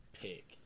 pick